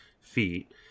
feet